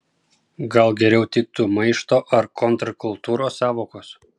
gal geriau tiktų maišto ar kontrkultūros sąvokos